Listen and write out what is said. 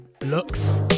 looks